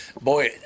boy